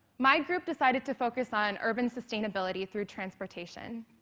my group decided to focus on urban sustainability through transportation,